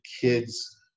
kids